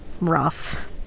rough